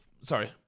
Sorry